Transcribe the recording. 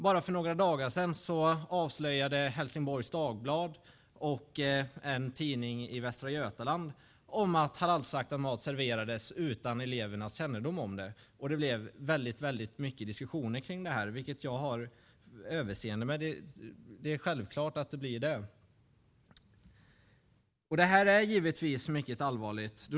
Bara för några dagar sedan avslöjade Helsingborgs Dagblad och en tidning i Västra Götaland att halalslaktad mat serverats utan elevernas kännedom om det. Det blev väldigt mycket diskussioner kring det, vilket jag har förståelse för. Det är självklart att det blir så. Det här är givetvis mycket allvarligt.